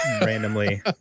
randomly